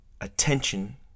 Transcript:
attention